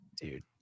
Dude